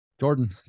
Jordan